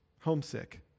homesick